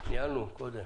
ניהלנו קודם.